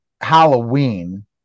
Halloween